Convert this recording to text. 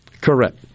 Correct